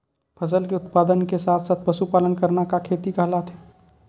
फसल के उत्पादन के साथ साथ पशुपालन करना का खेती कहलाथे?